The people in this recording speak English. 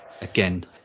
again